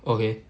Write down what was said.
okay